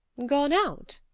gone out?